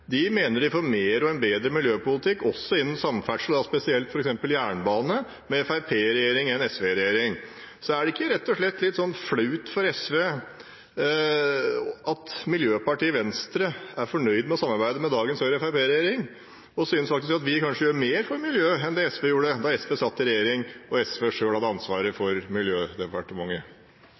mener de får mer og bedre miljøpolitikk også innen samferdsel, og da spesielt f.eks. jernbane, med fremskrittspartiregjering enn med SV-regjering. Så er det ikke rett og slett litt flaut for SV at miljøpartiet Venstre er fornøyd med å samarbeide med dagens Høyre–Fremskrittsparti-regjering, og faktisk synes at vi kanskje gjør mer for miljøet enn det SV gjorde da SV satt i regjering, og SV selv hadde ansvaret